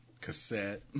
cassette